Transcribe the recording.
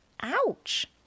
ouch